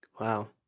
wow